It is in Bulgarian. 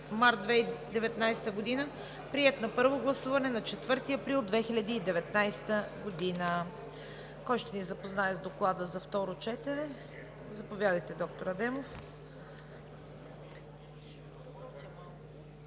март 2019 г. Приет е на първо гласуване на 4 април 2019 г. Кой ще ни запознае с Доклада за второ четене? Заповядайте, доктор Адемов.